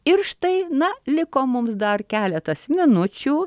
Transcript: ir štai na liko mums dar keletas minučių